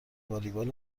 والیبال